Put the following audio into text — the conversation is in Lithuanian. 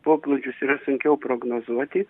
poplūdžius yra sunkiau prognozuoti